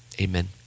Amen